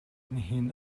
nihin